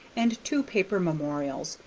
and two paper memorials,